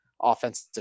Offensive